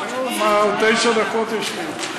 נו, מה, עוד תשע דקות יש לי.